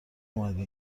اومدی